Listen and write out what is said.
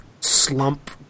slump